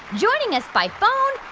joining us by phone,